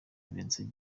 vincent